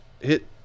hit